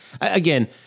Again